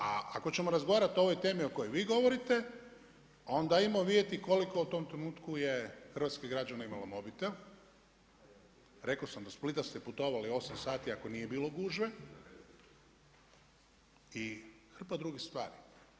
A ako ćemo razgovarati o ovoj temi o kojoj vi govorite, onda ajmo vidjeti koliko u tom trenutku je hrvatskih građana imalo mobitel, rekao sam, do Split ste putovali 8 sati ako nije bilo gužve i hrpa drugih stvari.